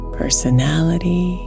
personality